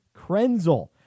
Krenzel